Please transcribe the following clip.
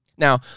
Now